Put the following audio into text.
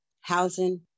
housing